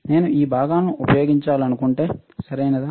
నేను ఈ భాగాలను ఉపయోగించాలనుకుంటే సరియైనదా